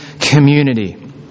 community